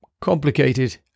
complicated